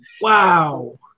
Wow